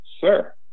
sir